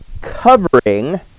covering